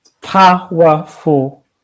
Powerful